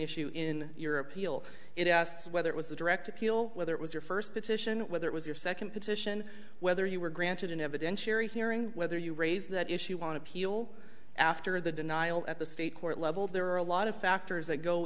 issue in europe heal it asked whether it was the direct appeal whether it was your first petition whether it was your second petition whether you were granted an evidentiary hearing whether you raise that issue on appeal after the denial at the state court level there are a lot of factors that go